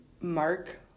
Mark